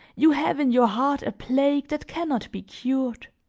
you have, in your heart, a plague that can not be cured